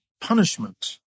punishment